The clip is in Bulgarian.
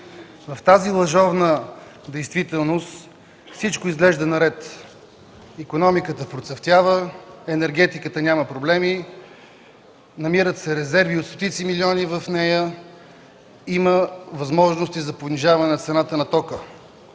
В тази лъжовна действителност всичко изглежда наред – икономиката процъфтява, енергетиката няма проблеми, намират се резерви от стотици милиони в нея, има възможности за понижаване цената на тока.